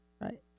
Right